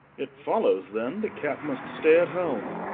it followes then, the cat must stay at home,